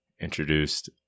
introduced